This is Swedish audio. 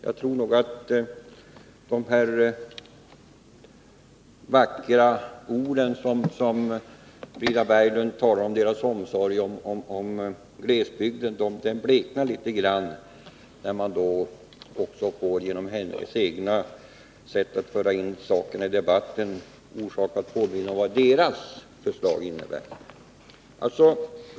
Jag tror att de vackra ord som Frida Berglund använder när det gäller omsorgen om glesbygden bleknar när man får orsak att påpeka vad socialdemokraternas förslag innebär.